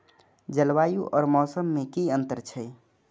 जलवायु और मौसम में कि अंतर छै?